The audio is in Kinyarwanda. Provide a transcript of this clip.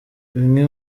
bimwe